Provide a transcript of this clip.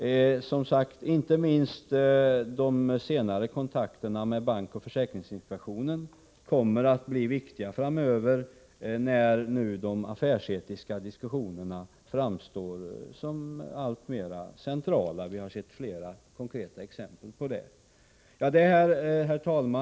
Som sagt: Inte minst de senare kontakterna med bankoch försäkringsinspektionerna kommer att bli viktiga framöver när de affärsetiska diskussionerna framstår som alltmer centrala — vi har sett flera konkreta exempel på det. Herr talman!